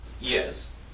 Yes